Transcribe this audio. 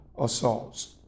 assaults